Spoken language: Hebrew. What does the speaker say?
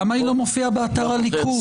למה היא לא מופיעה באתר הליכוד?